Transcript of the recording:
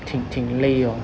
挺挺累 orh